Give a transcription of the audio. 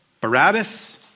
Barabbas